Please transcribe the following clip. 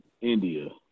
India